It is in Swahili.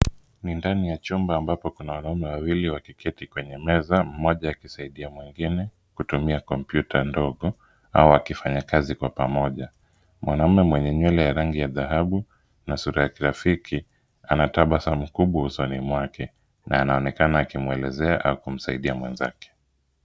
Ni ndani ya chumba ambapo kuna wanaume wawili wakiketi kwenye meza, mmoja akisaidia mwengine kutumia kompyuta ndogo au wakifanya kazi kwa pamoja. Mwanamme mwenye nywele ya rangi ya dhahabu na sura ya kirafiki, anatabasamu kubwa usoni mwake na anaonekana akimwelezea au kumsaidia mwenzake.